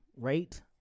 rate